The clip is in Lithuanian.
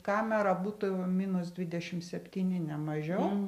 kamera būtų minus dvidešim septyni ne mažiau